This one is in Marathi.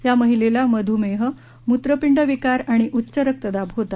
या महिलेला मध्मेह मूत्रपिंड विकार आणि उच्च रक्तदाब होता